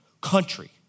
country